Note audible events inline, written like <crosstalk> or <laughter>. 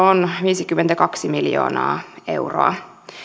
<unintelligible> on viisikymmentäkaksi miljoonaa euroa